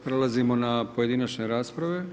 Prelazimo na pojedinačne rasprave.